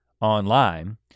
online